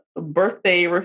birthday